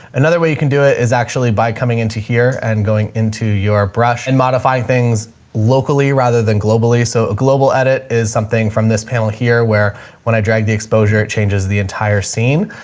another way you can do it is actually by coming into here and going into your brush and modifying things locally rather than globally. so a global edit is something from this panel here where when i dragged the exposure it changes the entire scene.